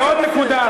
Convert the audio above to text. ועוד נקודה,